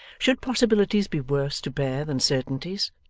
should possibilities be worse to bear than certainties?